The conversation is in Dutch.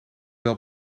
wel